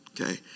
Okay